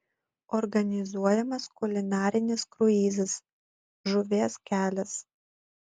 organizuojamas kulinarinis kruizas žuvies kelias